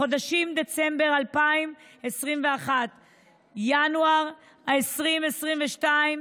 בחודשים דצמבר 2021 עד ינואר 2022,